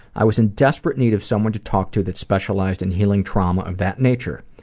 i was in desperate need of someone to talk to that specialized in healing trauma of that nature.